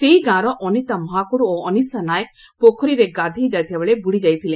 ସେଇ ଗାଁର ଅନିତା ମହାକୁଡ଼ ଓ ଅନିଶା ନାୟକ ପୋଖରୀ ଗାଧେଇ ଯାଇଥିବାବେଳେ ବୁଡ଼ି ଯାଇଥିଲେ